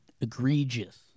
Egregious